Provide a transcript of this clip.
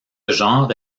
genre